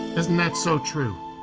isn't that so true.